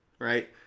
right